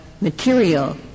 material